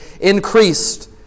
increased